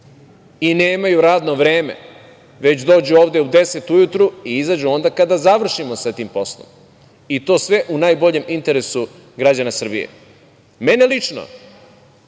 i nemaju radno vreme, već dođu ovde u 10 časova ujutru i izađu onda kada završimo sa tim poslom i to sve u najboljem interesu građana Srbije. Mene lično